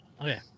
okay